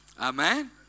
Amen